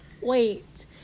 Wait